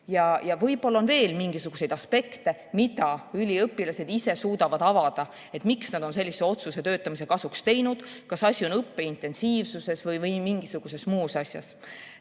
Võib-olla on veel mingisuguseid aspekte, mida üliõpilased ise suudavad avada, miks nad on teinud otsuse töötamise kasuks, et kas asi on õppe intensiivsuses või mingisuguses muus asjas.